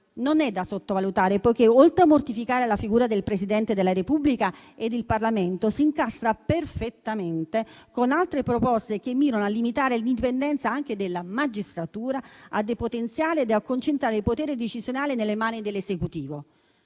non è da sottovalutare, poiché, oltre a mortificare la figura del Presidente della Repubblica ed il Parlamento, si incastra perfettamente con altre proposte che mirano a limitare l'indipendenza della magistratura e a depotenziarla e a concentrare il potere decisionale nelle mani dell'Esecutivo.